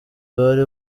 bari